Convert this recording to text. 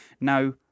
Now